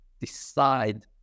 Decide